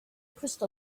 crystal